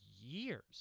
years